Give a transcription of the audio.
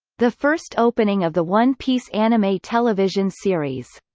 the first opening of the one piece anime television series,